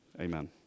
Amen